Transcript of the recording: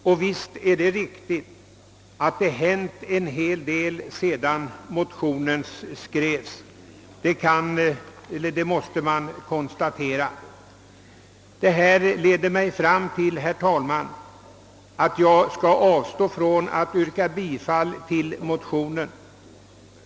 Och visst är det riktigt att det hänt en hel del sedan motionerna skrevs — det kan lätt konstateras, Det förda resonemanget leder, herr talman, till att jag avstår från att yrka bifall till motionerna.